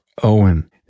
Owen